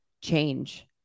change